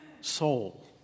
soul